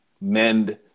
mend